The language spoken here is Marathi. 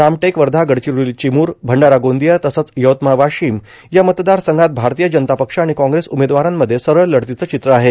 रामटेक वर्धा गडचिरोली चिमूर भंडारा गोंदिया तसंच यवतमाळ वाशिम या मतदारसंघात भारतीय जनता पक्ष आणि काँग्रेस उमेदवारांमध्ये सरळ लढतीचं चित्र आहे